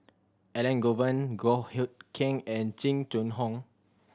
Elangovan Goh Hood Keng and Jing Jun Hong